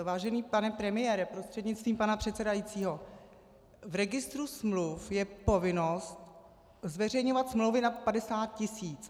Vážený pane premiére prostřednictvím pana předsedajícího, v registru smluv je povinnost zveřejňovat smlouvy nad 50 tisíc.